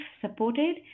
supported